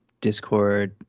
discord